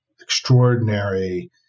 extraordinary